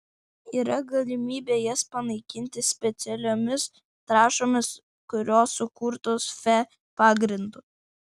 yra galimybė jas panaikinti specialiomis trąšomis kurios sukurtos fe pagrindu